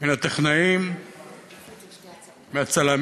מן הטכנאים, מהצלמים,